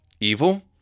evil